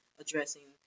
addressing